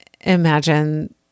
imagine